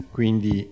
quindi